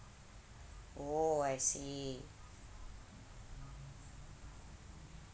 oh I see